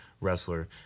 wrestler